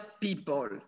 people